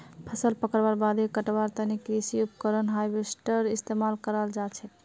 फसल पकवार बादे कटवार तने कृषि उपकरण हार्वेस्टरेर इस्तेमाल कराल जाछेक